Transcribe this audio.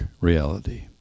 reality